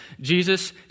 Jesus